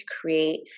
create